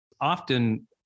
often